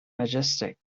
majestic